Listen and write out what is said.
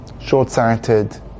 short-sighted